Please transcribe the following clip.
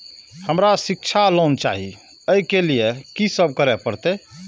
हमरा शिक्षा लोन चाही ऐ के लिए की सब करे परतै?